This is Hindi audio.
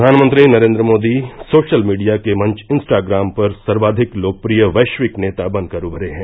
प्रधानमंत्री नरेन्द्र मोदी सोशल मीडिया के मंच इंस्टाग्राम पर सर्वाधिक लोकप्रिय वैश्विक नेता बनकर उमरे हैं